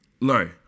no